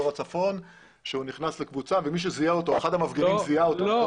הצפון נכנס לקבוצה ואחד המפגינים זיהה אותו.